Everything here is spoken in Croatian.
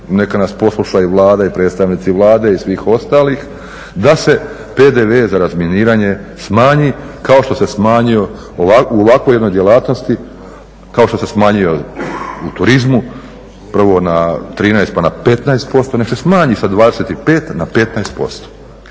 neka nas posluša i Vlada i predstavnici Vlade i svih ostalih, da se PDV za razminiranje smanji kao što se smanjio u ovakvoj jednoj djelatnosti, kao što se smanjio u turizmu prvo na 13 pa na 15%. Nek' se smanji sa 25 na 15%.